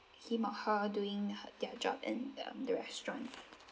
him or her doing her their job in um the restaurant